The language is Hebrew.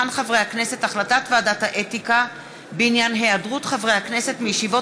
החלטת ועדת האתיקה בעניין היעדרות חברי הכנסת מישיבות